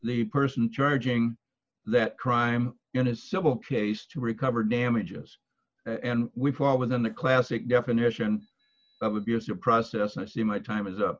the person charging that crime in a civil case to recover damages and we fall within the classic definition of abuse of process and i see my time is up